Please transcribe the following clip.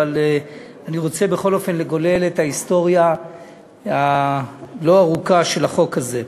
אבל אני רוצה בכל אופן לגולל את ההיסטוריה הלא-ארוכה של החוק הזה.